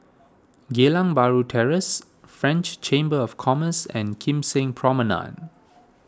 Geylang Bahru Terrace French Chamber of Commerce and Kim Seng Promenade